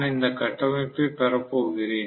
நான் இந்த கட்டமைப்பைப் பெறப்போகிறேன்